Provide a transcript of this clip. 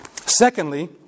Secondly